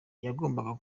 yagombaga